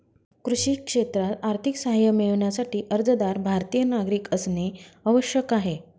कृषी क्षेत्रात आर्थिक सहाय्य मिळविण्यासाठी, अर्जदार भारतीय नागरिक असणे आवश्यक आहे